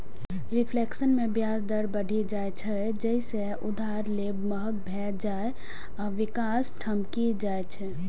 reflation मे ब्याज दर बढ़ि जाइ छै, जइसे उधार लेब महग भए जाइ आ विकास ठमकि जाइ छै